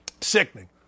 Sickening